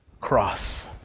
cross